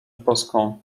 boską